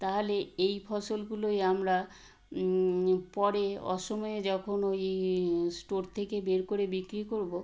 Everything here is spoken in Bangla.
তাহালে এই ফসলগুলোই আমরা পরে অসময়ে যখন ওই স্টোর থেকে বের করে বিক্রি করবো